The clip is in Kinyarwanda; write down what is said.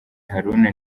haruna